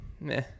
Meh